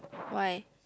why